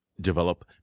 Develop